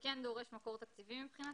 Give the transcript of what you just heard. כן דורש מקור תקציבי, מבחינתנו.